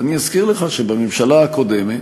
אני אזכיר לך שבממשלה הקודמת